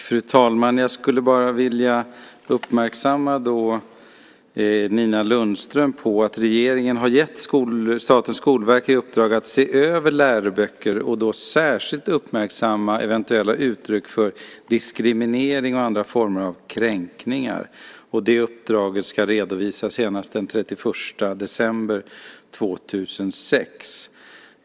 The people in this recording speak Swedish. Fru talman! Jag skulle vilja uppmärksamma Nina Lundström på att regeringen har gett Statens skolverk i uppdrag att se över läroböcker och då särskilt uppmärksamma eventuella uttryck för diskriminering och andra former av kränkningar. Det uppdraget ska redovisas senast den 31 december 2006.